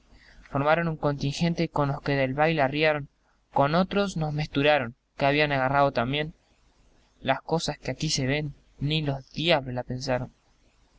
formaron un contingente con los que del baile arriaron con otros nos mesturaron que habían agarrao también las cosas que aquí se ven ni los diablos las pensaron